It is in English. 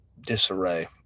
disarray